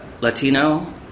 Latino